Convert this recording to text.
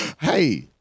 hey